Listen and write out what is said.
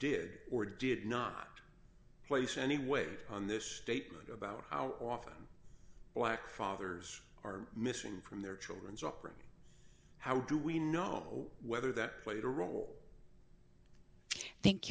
did or did not place any weight on this statement about our often black fathers are missing from their children's upbringing how do we know whether th